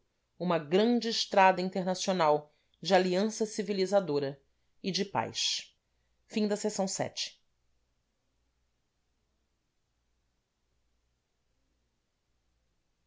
uma grande estrada internacional de aliança civilizadora e de paz